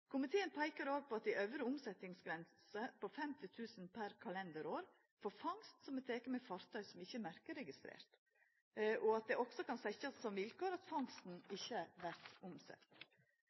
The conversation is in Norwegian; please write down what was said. Komiteen peikar òg på at det er ei øvre omsetningsgrense på 50 000 kr per kalenderår for fangst som er teken med fartøy som ikkje er merkeregistrert, og at det også kan setjast som vilkår at fangsten ikkje vert omsett.